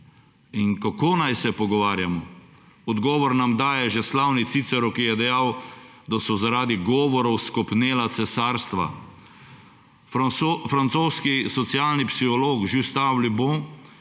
In kako naj se pogovarjamo? Odgovor nam daje že slavni Cicero, ki je dejal, da so zaradi govorov skopnela cesarstva. Francoski socialni psiholog Gustave